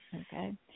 okay